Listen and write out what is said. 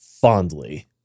fondly